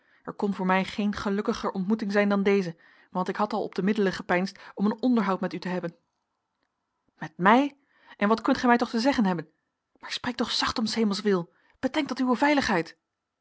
er kon voor mij geene gelukkiger ontmoeting zijn dan deze want ik had al op de middelen gepeinsd om een onderhoud met u te hebben met mij en wat kunt gij mij toch te zeggen hebben maar spreek toch zacht om s hemels wil bedenk dat uwe veiligheid